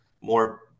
more